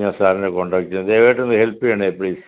ഞാൻ സാറിനെ കോണ്ടാക്റ്റ് ചെയ്യാം ദയവായിട്ടൊന്ന് ഹെൽപ്പ് ചെയ്യണേ പ്ലീസ്